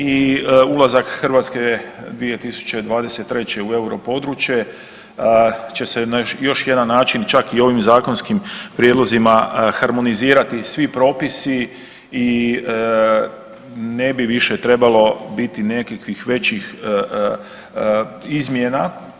I ulazak Hrvatske 2023. u euro područje će se još na jedan način čak i ovim zakonskim prijedlozima harmonizirati svi propisi i ne bi više trebalo biti nekakvih većih izmjena.